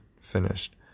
finished